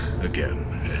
again